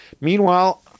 Meanwhile